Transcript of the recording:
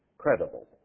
credible